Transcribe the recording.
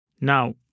Now